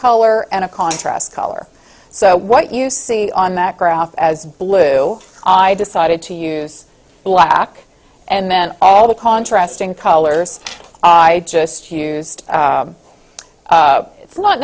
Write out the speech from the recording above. color and a contrast color so what you see on that graph as blue i decided to use black and men all the contrast in colors i just used it's not